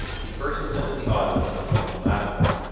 he first ascended the ottawa to the mouth of the mattawa.